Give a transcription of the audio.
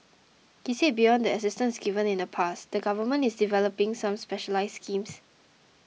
he said beyond the assistance given in the past the Government is developing some specialised schemes